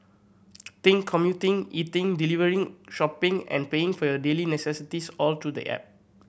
think commuting eating delivering shopping and paying for your daily necessities all through the app